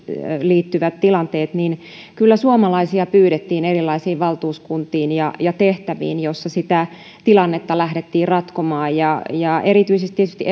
liittyvät tilanteet niin kyllä suomalaisia pyydettiin erilaisiin valtuuskuntiin ja ja tehtäviin joissa sitä tilannetta lähdettiin ratkomaan erityisesti tietysti